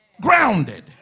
grounded